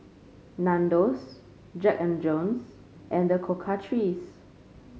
Nandos Jack And Jones and The Cocoa Trees